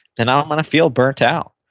then i'm going to feel burnt out.